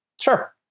Sure